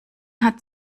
hat